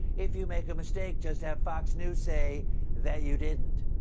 if you make a mistake, just have fox news say that you didn't.